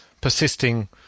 persisting